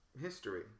history